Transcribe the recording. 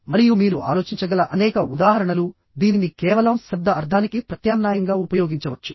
మరియు మీరు ఆలోచించగల అనేక ఉదాహరణలు దీనిని కేవలం శబ్ద అర్థానికి ప్రత్యామ్నాయంగా ఉపయోగించవచ్చు